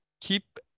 Keep